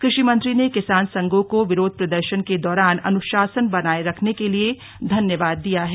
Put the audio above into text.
कृषि मंत्री ने किसान संघों को विरोध प्रदर्शन के दौरान अनुशासन बनाये रखने के लिए धन्यवाद दिया है